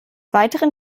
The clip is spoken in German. weiteren